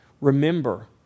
remember